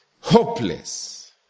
hopeless